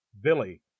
Billy